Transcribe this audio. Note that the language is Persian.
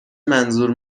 منظور